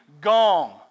gong